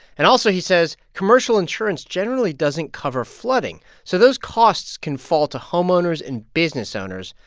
and also, he says commercial insurance generally doesn't cover flooding, so those costs can fall to homeowners and business owners,